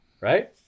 right